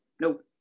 nope